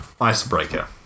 icebreaker